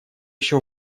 еще